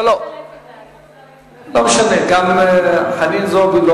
לא משנה, גם חנין זועבי לא